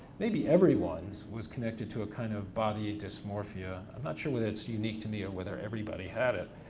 maybe everyone's, was connected to a kind of body dysmorphia. i'm not sure whether that's unique to me or whether everybody had it,